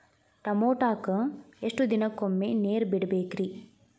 ಟಮೋಟಾಕ ಎಷ್ಟು ದಿನಕ್ಕೊಮ್ಮೆ ನೇರ ಬಿಡಬೇಕ್ರೇ?